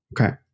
okay